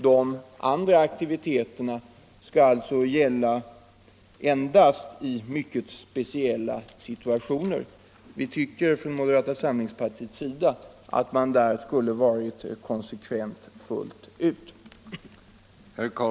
De andra aktiviteterna skall alltså gälla endast i mycket speciella situationer. Vi tycker inom moderata samlingspartiet att man skulle ha varit konsekvent fullt ut.